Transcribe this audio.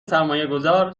سرمایهگذار